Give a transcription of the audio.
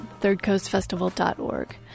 thirdcoastfestival.org